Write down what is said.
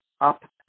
up